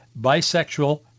bisexual